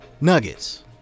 nuggets